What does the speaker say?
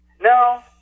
No